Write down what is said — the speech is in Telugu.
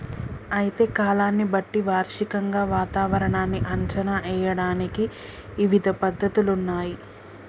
అయితే కాలాన్ని బట్టి వార్షికంగా వాతావరణాన్ని అంచనా ఏయడానికి ఇవిధ పద్ధతులున్నయ్యి